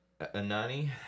Anani